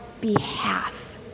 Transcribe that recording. behalf